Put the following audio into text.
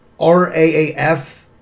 RAAF